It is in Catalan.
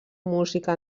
música